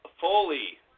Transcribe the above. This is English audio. Foley